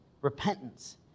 repentance